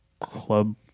club